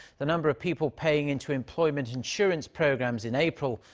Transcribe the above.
the number of people paying into employment insurance programs in april.